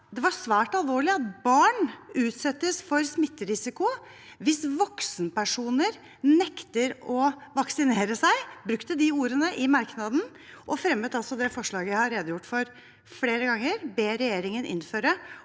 det var svært alvorlig at barn utsettes for smitterisiko hvis voksenpersoner nekter å vaksinere seg. Partiet brukte de ordene i merknaden og fremmet altså det forslaget jeg har redegjort for flere ganger: «ber regjeringen innføre